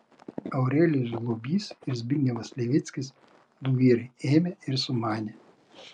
aurelijus globys ir zbignevas levickis du vyrai ėmė ir sumanė